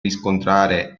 riscontrare